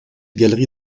galerie